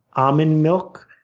almond milk,